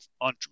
on